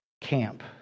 camp